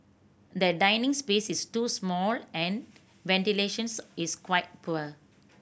the dining space is too small and ventilation is quite poor